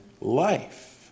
life